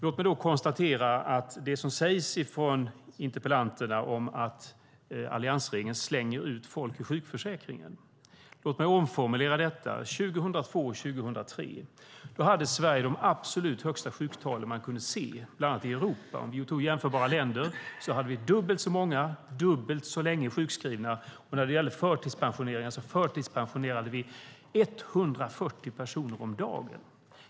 Låt mig konstatera att det sägs från interpellanterna att alliansregeringen slänger ut folk i sjukförsäkringen, och låt mig omformulera detta. Åren 2002 och 2003 hade Sverige de absolut högsta sjuktal man kunde se bland annat i Europa. Tar vi jämförbara länder kan vi se att vi hade dubbelt så många sjukskrivna och dubbelt så länge, och vi förtidspensionerade 140 personer om dagen.